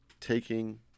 taking